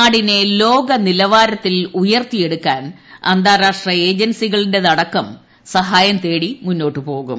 നാടിനെ ലോകനിലവാരത്തിൽ ഉയർത്തിയെടുക്കാൻ അന്താരാഷ്ട്ര ഏജൻസികളുടെയടക്കു സൂഹായം തേടി മുന്നോട്ടുപോകും